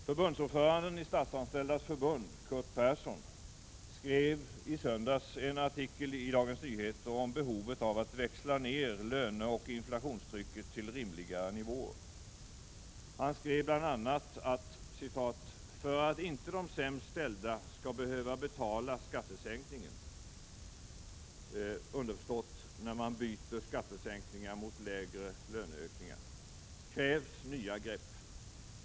Förbundsordföranden i Statsanställdas förbund, Curt Persson, skrev i söndags en artikel i Dagens Nyheter om behovet av att växla ner löneoch inflationstrycket till rimligare nivåer. Han skrev bl.a.: ”För att inte de sämst ställda skall behöva betala skattesänkningen krävs nya grepp.